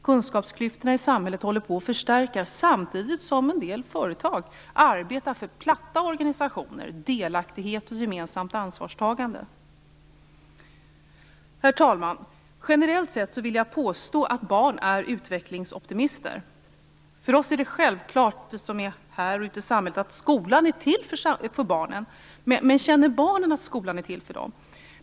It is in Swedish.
Kunskapsklyftorna i samhället håller på att förstärkas, samtidigt som en del företag arbetar för platta organisationer, delaktighet och gemensamt ansvarstagande. Herr talman! Generellt sett vill jag påstå att barn är utvecklingsoptimister. För oss, vi som är här och ute i samhället, är det självklart att skolan är till för barnen. Men känner barnen att skolan är till för dem?